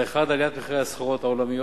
האחד, עליית מחירי הסחורות בעולם,